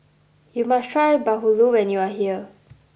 you must try Bahulu when you are here